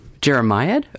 Jeremiah